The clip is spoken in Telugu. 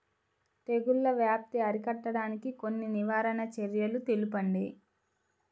తెగుళ్ల వ్యాప్తి అరికట్టడానికి కొన్ని నివారణ చర్యలు తెలుపండి?